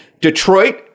Detroit